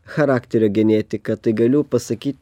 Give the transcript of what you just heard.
charakterio genetika tai galiu pasakyt